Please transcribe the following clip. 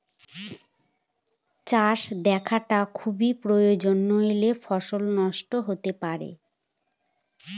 চাষে দক্ষটা খুবই প্রয়োজন নাহলে ফসল নষ্ট হতে পারে